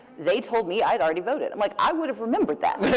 they told me i'd already voted. i'm like, i would have remembered that.